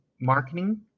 marketing